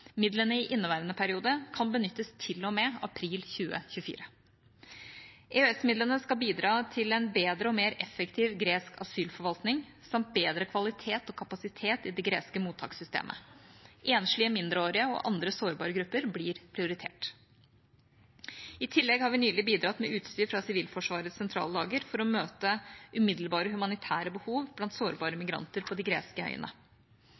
Midlene i inneværende periode kan benyttes til og med april 2024. EØS-midlene skal bidra til en bedre og mer effektiv gresk asylforvaltning samt bedre kvalitet og kapasitet i det greske mottakssystemet. Enslige mindreårige og andre sårbare grupper blir prioritert. I tillegg har vi nylig bidratt med utstyr fra Sivilforsvarets sentrallager for å møte umiddelbare humanitære behov blant sårbare migranter på de greske øyene.